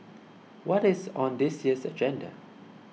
what is on this year's agenda